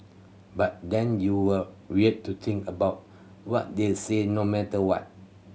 but then you're wired to think about what they said no matter what